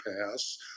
pass